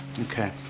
Okay